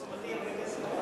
הם עושים הכי הרבה כסף.